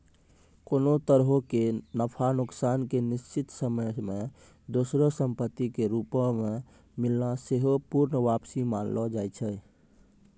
कोनो तरहो के नफा नुकसान के निश्चित समय मे दोसरो संपत्ति के रूपो मे मिलना सेहो पूर्ण वापसी मानलो जाय छै